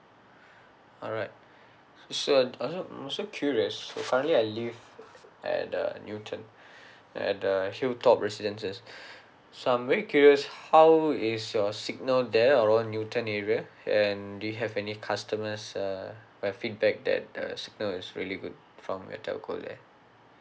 alright sure I'm also I'm also curious so currently I live at uh newton at the hilltop residences so I'm very curious how is your signal there around newton area and do you have any customers uh might feedback that uh the signal is really good from your telco there